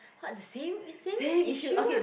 what the same it's same issue right